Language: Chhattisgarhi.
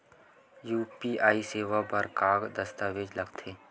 यू.पी.आई सेवा बर का का दस्तावेज लगथे?